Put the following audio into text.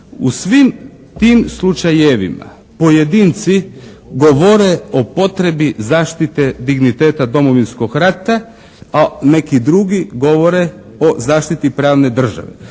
U svim tim slučajevima pojedinci govore o potrebi zaštite digniteta Domovinskog rata a neki drugi govore o zaštiti pravne države.